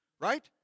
Right